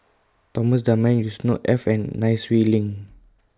Thomas Dunman Yusnor Ef and Nai Swee Leng